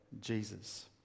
Jesus